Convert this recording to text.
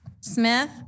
Smith